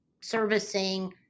servicing